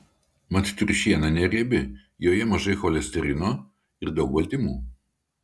mat triušiena neriebi joje mažai cholesterino ir daug baltymų